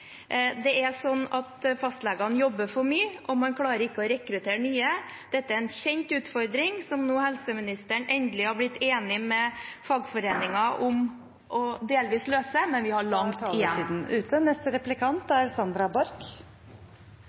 Det er sånn at fastlegene jobber for mye, og man klarer ikke å rekruttere nye. Dette er en kjent utfordring som helseministeren nå endelig har blitt enig med fagforeningen om delvis å løse, men vi har